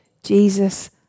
Jesus